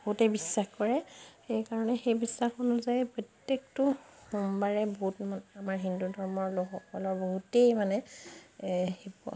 বহুতেই বিশ্বাস কৰে সেইকাৰণে সেই বিশ্বাস অনুযায়ী প্ৰত্যেকটো সোমবাৰে বহুত আমাৰ হিন্দু ধৰ্মৰ লোকসকলৰ বহুতেই মানে শিৱ